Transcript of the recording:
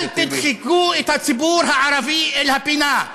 אל תדחקו את הציבור הערבי אל הפינה.